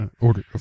Order